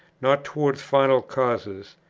not towards final causes,